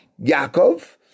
Yaakov